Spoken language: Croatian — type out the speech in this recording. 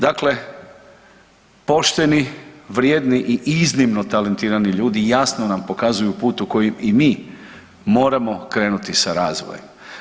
Dakle, pošteni, vrijedni i iznimno talentirani ljudi jasno nam pokazuju put u kojem i mi moramo krenuti sa razvojem.